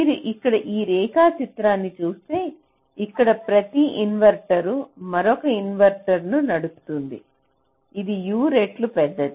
మీరు ఇక్కడ ఈ రేఖాచిత్రాన్ని చూస్తే ఇక్కడ ప్రతి ఇన్వర్టర్ మరొక ఇన్వర్టర్ను నడుపుతుంది ఇది U రెట్లు పెద్దది